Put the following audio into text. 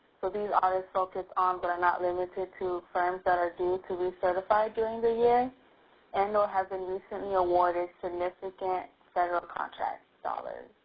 so these are focused on but not limited to firms that are due to decertify during the year and or hasnt recently awarded significant federal contract dollars.